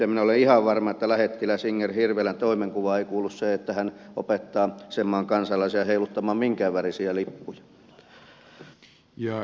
minä olen ihan varma että lähettiläs inger hirvelän toimenkuvaan ei kuulu se että hän opettaa sen maan kansalaisia heiluttamaan minkäänvärisiä lippuja